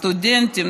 סטודנטים,